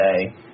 today